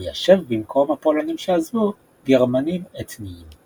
וליישב במקום הפולנים שעזבו גרמנים אתניים.